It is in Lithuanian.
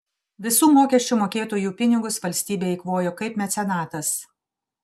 visų mokesčių mokėtojų pinigus valstybė eikvojo kaip mecenatas